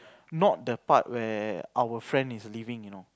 not the part where our friend is living you know